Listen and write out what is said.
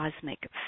cosmic